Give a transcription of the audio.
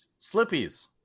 Slippies